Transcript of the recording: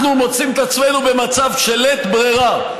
אנחנו מוצאים את עצמנו במצב של לית ברירה.